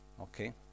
Okay